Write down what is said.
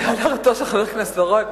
להערתו של חבר הכנסת בר-און,